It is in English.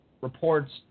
reports